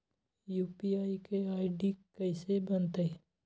UPI के ID कैसे बनतई?